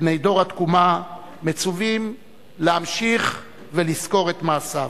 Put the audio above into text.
בני דור התקומה, מצווים להמשיך ולזכור את מעשיו.